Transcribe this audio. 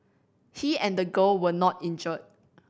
he and the girl were not injured